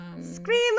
Scream